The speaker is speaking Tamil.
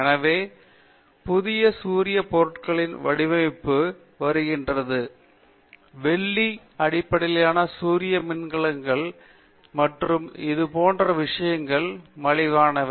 எனவே புதிய சூரிய பொருட்களின் வடிவமைப்பு வருகிறது வெள்ளி அடிப்படையிலான சூரிய மின்கலங்கள் மற்றும் இது போன்ற விஷயங்கள் மலிவானவை